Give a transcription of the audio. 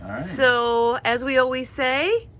so as we always say.